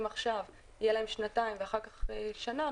עכשיו יהיה להם שנתיים ואחר כך שנה,